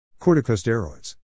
Corticosteroids